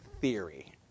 theory